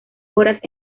horas